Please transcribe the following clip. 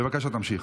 בבקשה, תמשיך.